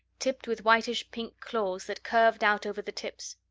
tipped with whitish-pink claws that curved out over the tips.